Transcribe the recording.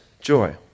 joy